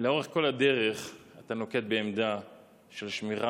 לאורך כל הדרך אתה נוקט עמדה של שמירה